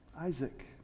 Isaac